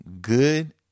good